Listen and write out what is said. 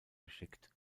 geschickt